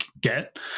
get